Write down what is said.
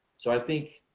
so i think,